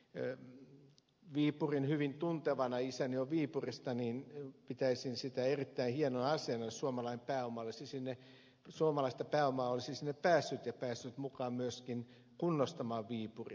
itsekin viipurin hyvin tuntevana isäni on viipurista pitäisin erittäin hienona asiana jos suomalaista pääomaa olisi päässyt mukaan myöskin kunnostamaan viipuria